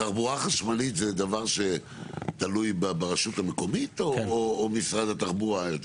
תחבורה חשמלית זה דבר שתלוי ברשות המקומית או יותר במשרד התחבורה?